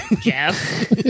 Jeff